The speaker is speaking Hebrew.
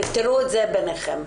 תפתרו את זה ביניכם.